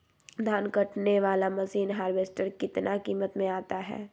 धान कटने बाला मसीन हार्बेस्टार कितना किमत में आता है?